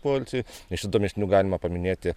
poilsiui iš įdomesnių galima paminėti